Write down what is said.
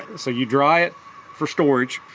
so you dry it for storage,